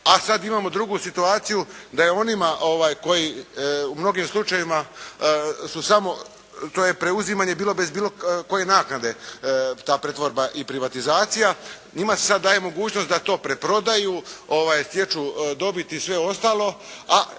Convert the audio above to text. a sada imamo drugu situaciju, da je onima koji u mnogim slučajevima su samo to je preuzimanje bilo bez bilo kakve naknade ta pretvorba i privatizacija, njima se sada daje mogućnost da to preprodaju, stječu dobit i sve ostalo